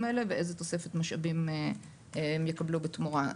האלה ואיזה תוספת משאבים הם יקבלו בתמורה.